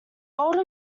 older